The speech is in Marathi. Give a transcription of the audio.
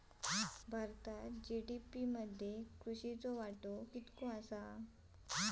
भारतात जी.डी.पी मध्ये कृषीचो वाटो कितको आसा?